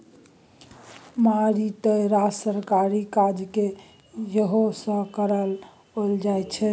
मारिते रास सरकारी काजकेँ यैह कर सँ कराओल जाइत छै